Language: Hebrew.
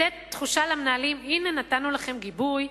לתת למנהלים הרגשה: הנה נתנו לכם גיבוי,